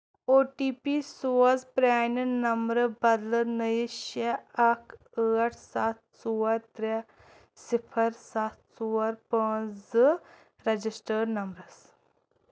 او T P سوز پرٛانہِ نمبرٕ بدلہٕ نٔیِس شےٚ اکھ ٲٹھ سَتھ ژور ترٛےٚ صِفر سَتھ ژور پانٛژھ زٕ ریجسٹٲڈ نمبرَس